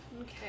Okay